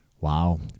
wow